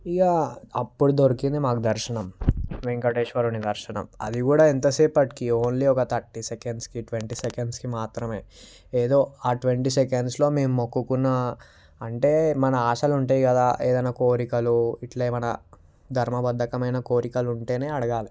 ఇక అప్పుడు దొరికింది మాకు దర్శనం వెంకటేశ్వరుని దర్శనం అది కూడా ఎంతసేపటికి ఓన్లీ ఒక థర్టీ సెకండ్స్కి ట్వంటీ సెకండ్స్కి మాత్రమే ఏదో ఆ ట్వంటీ సెకండ్స్లో మేము మొక్కుకున్న అంటే మన ఆశలు ఉంటాయి గదా ఏదైనా కోరికలు ఇట్లేమన్నా దర్మబద్ధకమైన కోరికలు ఉంటేనే అడగాలి